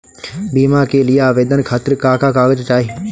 बीमा के लिए आवेदन खातिर का का कागज चाहि?